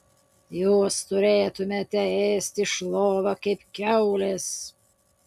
jūs turėtumėte ėsti iš lovio kaip kiaulės